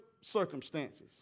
circumstances